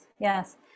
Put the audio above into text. yes